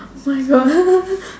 oh my God